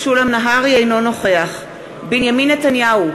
אינו נוכח בנימין נתניהו,